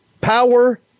power